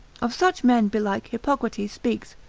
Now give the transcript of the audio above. of such men belike hippocrates speaks,